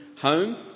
home